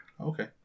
Okay